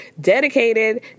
dedicated